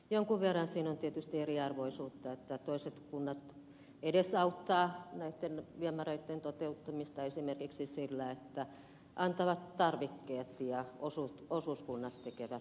jonkun verran siinä on tietysti eriarvoisuutta että toiset kunnat edesauttavat näitten viemäreitten toteuttamista esimerkiksi sillä että antavat tarvikkeet ja osuuskunnat tekevät sen muun työn